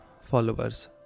followers